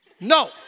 no